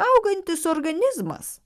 augantis organizmas